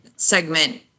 segment